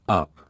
up